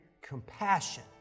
compassion